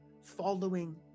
following